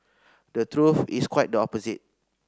the truth is quite the opposite